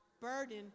burden